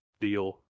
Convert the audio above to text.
deal